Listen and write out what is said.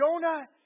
Jonah